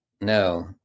no